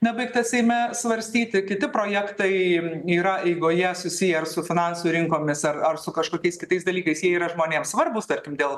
nebaigtas seime svarstyti kiti projektai yra eigoje susiję ir su finansų rinkomis ar ar su kažkokiais kitais dalykais jie yra žmonėm svarbūs tarkim dėl